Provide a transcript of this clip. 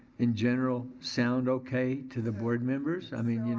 in general, sound okay to the board members? i mean,